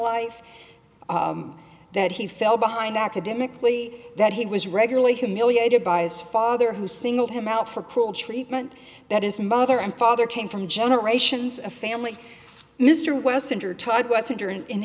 life that he fell behind academically that he was regularly humiliated by his father who singled him out for cruel treatment that his mother and father came from generations of family mr